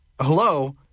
hello